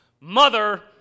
Mother